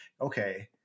okay